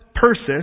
Persis